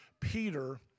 Peter